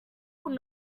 would